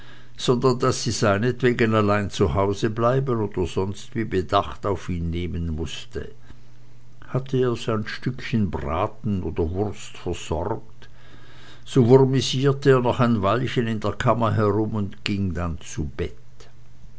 sondern daß sie seinetwegen allein zu hause bleiben oder sonstwie bedacht auf ihn nehmen mußte hatte er sein stückchen braten oder wurst versorgt so wurmisierte er noch ein weilchen in der kammer herum und ging dann zu bett